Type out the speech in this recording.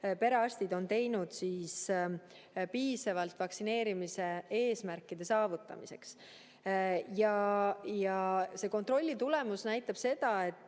perearstid on teinud piisavalt vaktsineerimise eesmärkide saavutamiseks. Ja kontrolli tulemus näitab seda, et